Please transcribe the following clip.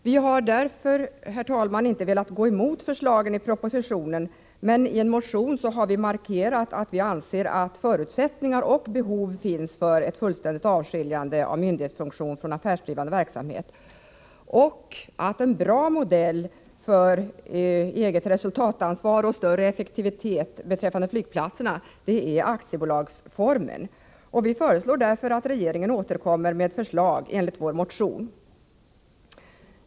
Vi har därför, herr talman, inte velat gå emot förslagen i propositionen, men har genom en motion markerat att vi anser att förutsättning och behov finns för ett fullständigt avskiljande av myndighetsfunktionen från den affärsdrivande verksamheten. Vi har angett att en bra modell för att ge flygplatserna eget resultatansvar och möjligheter att nå större effektivitet är aktiebolagsformen. Vi föreslår därför att regeringen återkommer med förslag i enlighet med vår motion.